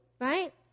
right